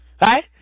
Right